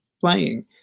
playing